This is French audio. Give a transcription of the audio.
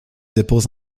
dépose